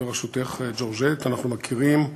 בראשותך, ג'ורג'ט, אנחנו מכירים,